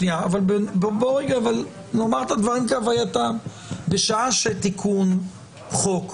אבל בוא רגע נאמר את הדברים כהווייתם: בשעה שתיקון חוק,